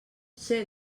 ser